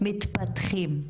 מתפתחים,